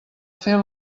fer